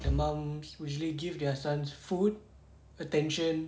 the mums usually give their sons full attention